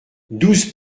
douze